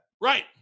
Right